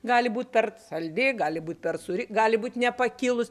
gali būt per saldi gali būt per sūri gali būt nepakilus